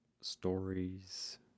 stories